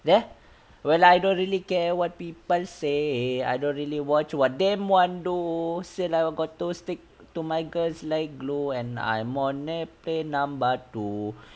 there well I don't really care what people say I don't really watch what them want to do still I got to stick to my girls like glue and I mon nah play number two